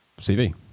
CV